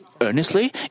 earnestly